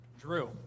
Drew